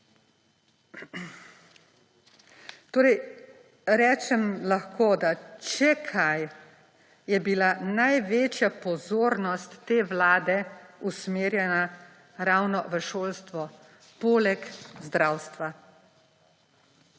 Torej rečem lahko, da če kaj, je bila največja pozornost te vlade usmerjena ravno v šolstvo – poleg zdravstva.